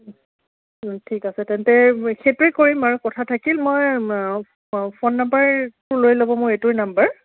ঠিক আছে তেন্তে সেইটোৱে কৰিম কথা থাকিল মই ফোন নাম্বাৰটো লৈ ল'ব মোৰ এইটোৱে নাম্বাৰ